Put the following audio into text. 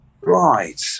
Right